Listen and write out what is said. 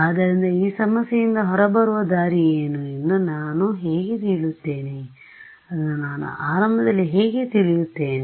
ಆದ್ದರಿಂದ ಈ ಸಮಸ್ಯೆಯಿಂದ ಹೊರಬರುವ ದಾರಿ ಏನು ಎಂದು ನಾನು ಹೇಗೆ ತಿಳಿಯುತ್ತೇನೆ ಅದನ್ನು ನಾನು ಆರಂಭದಲ್ಲಿ ಹೇಗೆ ತಿಳಿಯುತ್ತೇನೆ